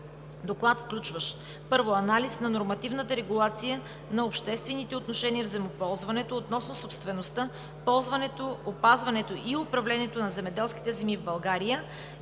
доклад включващ: 1. Анализ на нормативната регулация на обществените отношения в земеползването относно собствеността, ползването, опазването и управлението на земеделските земи в България.